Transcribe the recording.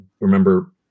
remember